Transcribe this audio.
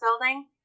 building